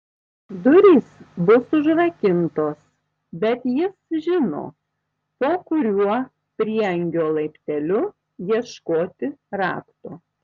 durys bus užrakintos bet jis žino po kuriuo prieangio laipteliu ieškoti rakto